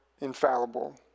infallible